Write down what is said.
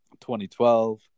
2012